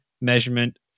measurement